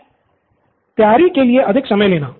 नितिन तैयारी के लिए अधिक समय लेना